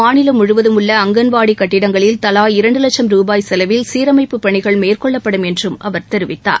மாநிலம் முழுவதும் உள்ள அங்கன்வாடி கட்டிடங்களில் தவா இரண்டு வட்சம் ருபாய் செலவில் சீர்மைப்பு பணிகள் மேற்கொள்ளப்படும் என்றும் அவர் தெரிவித்தார்